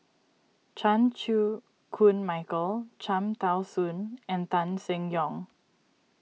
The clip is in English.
Chan Chew Koon Michael Cham Tao Soon and Tan Seng Yong